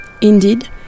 Indeed